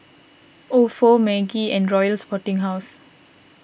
Ofo Maggi and Royal Sporting House